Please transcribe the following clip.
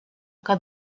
que